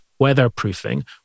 weatherproofing